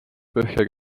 põhja